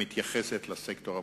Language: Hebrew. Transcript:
המתייחסת לסקטור הפרטי.